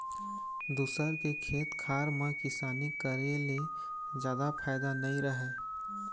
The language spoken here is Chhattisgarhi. दूसर के खेत खार म किसानी करे ले जादा फायदा नइ रहय